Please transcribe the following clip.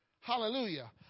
Hallelujah